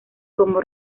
como